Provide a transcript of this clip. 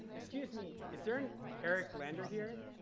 excuse me, is there an eric lander here?